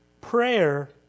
Prayer